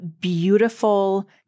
beautiful